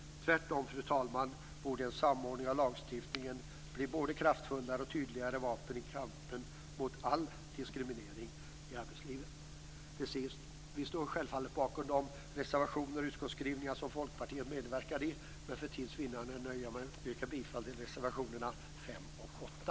Tvärtom borde en samordning av lagstiftningen bli ett både kraftfullare och tydligare vapen i kampen mot all diskriminering i arbetslivet. Fru talman! Jag står självfallet bakom de reservationer och de utskottsskrivningar som Folkpartiet medverkat till. Med för tids vinnande nöjer jag mig med att yrka bifall till reservationerna 5 och 8.